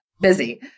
busy